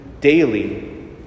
daily